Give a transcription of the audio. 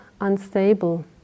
unstable